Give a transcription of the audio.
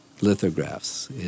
lithographs